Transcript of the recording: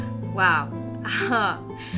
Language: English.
wow